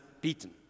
beaten